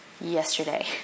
yesterday